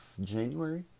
january